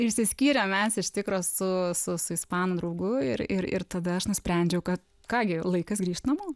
išsiskyrėm mes iš tikro su su su ispanu draugu ir ir ir tada aš nusprendžiau kad ką gi laikas grįžt namo